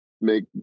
make